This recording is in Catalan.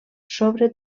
sobre